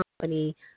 company